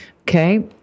Okay